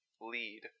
lead